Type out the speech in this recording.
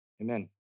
Amen